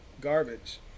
garbage